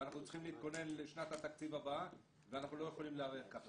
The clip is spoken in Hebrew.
אנחנו צריכים להתכונן לשנת התקציב הבאה ואנחנו לא יכולים להיערך ככה.